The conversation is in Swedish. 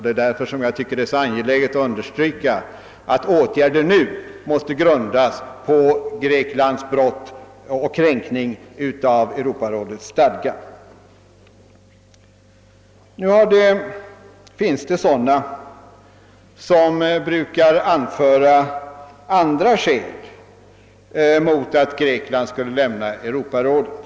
Det är därför jag tycker att det är så angeläget understryka, att åtgärder nu måste grundas på Greklands brott och kränkning av Europarådets stadga. Det finns personer som brukar anföra andra skäl mot att Grekland skulle lämna Europarådet.